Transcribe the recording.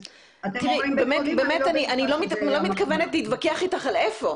תראי, אני באמת לא מתכוונת להתווכח אתך על איפה.